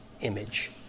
image